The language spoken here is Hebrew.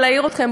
להעיר אתכם,